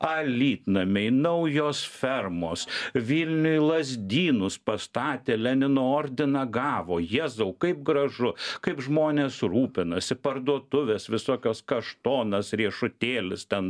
alytnamai naujos fermos vilniuj lazdynus pastatė lenino ordiną gavo jėzau kaip gražu kaip žmonės rūpinosi parduotuvės visokios kaštonas riešutėlis ten